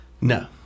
No